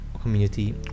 community